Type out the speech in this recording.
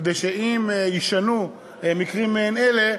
כדי שאם יישנו מקרים מעין אלה,